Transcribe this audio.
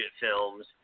films